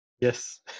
yes